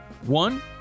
one